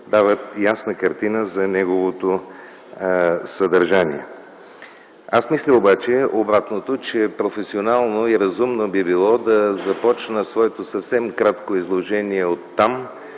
дават ясна картина за неговото съдържание. Аз мисля обаче обратното – професионално и разумно би било да започна своето съвсем кратко изложение оттам,